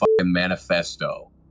manifesto